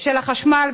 של החשמל,